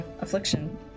affliction